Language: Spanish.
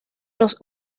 los